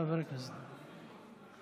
לחבר הכנסת קושניר.